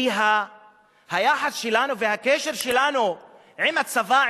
כי היחס שלנו והקשר שלנו עם הצבא,